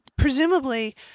presumably